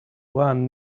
one